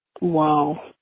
wow